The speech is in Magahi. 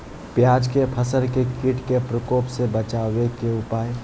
प्याज के फसल के कीट के प्रकोप से बचावे के उपाय?